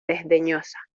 desdeñosa